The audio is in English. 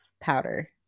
powder